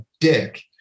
dick